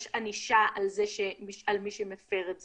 יש ענישה על מי שמפר את זה.